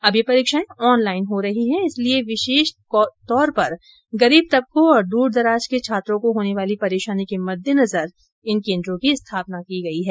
अब ये परीक्षाएँ ऑनलाइन हो रही हैं इसलिए विशेषकर गरीब तबकों और दूरदराज के छात्रों को होने वाली परेशानी के मद्देनजर इन केंद्रों की स्थापना की गयी है